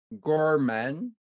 Gorman